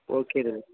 okay Dinesh